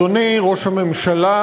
אדוני ראש הממשלה,